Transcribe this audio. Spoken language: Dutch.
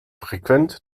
frequent